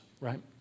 right